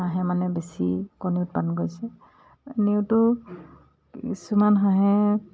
হাঁহে মানে বেছি কণী উৎপাদন কৰিছে এনেওটো কিছুমান হাঁহে